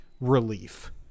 relief